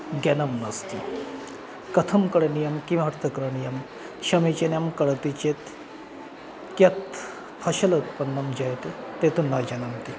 ज्ञानं नास्ति कथं करणीयं किमर्थं करणीयं समीचीनं करोति चेत् कियत् फलं उत्पन्नं जायते ते तु न जनन्ति